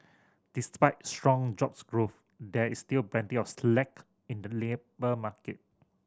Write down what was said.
despite strong jobs growth there is still plenty of slack in the labour market